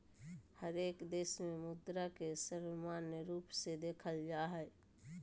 हरेक देश में मुद्रा के सर्वमान्य रूप से देखल जा हइ